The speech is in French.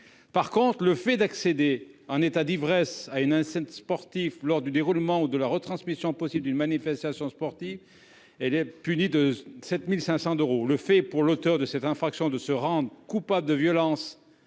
par contre le fait d'accéder en état d'ivresse à une enceinte sportive lors du déroulement de la retransmission possible d'une manifestation sportive. Elle est puni de 7500 euros le fait pour l'auteur de cette infraction de se rendent coupables de violences